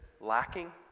lacking